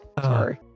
sorry